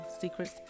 Secrets